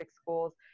schools